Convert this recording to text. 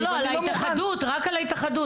לא, לא, רק על ההתאחדות.